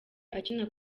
akina